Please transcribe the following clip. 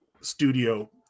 studio